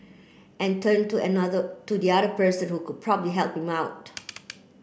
and turn to another to the other person who could probably help him out